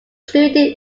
included